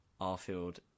Arfield